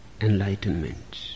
enlightenment